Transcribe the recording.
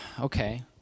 okay